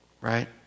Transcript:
right